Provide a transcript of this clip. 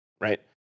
right